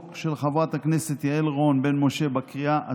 של חברת הכנסת יעל רון בן משה בקריאה הטרומית.